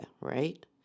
right